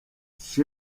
she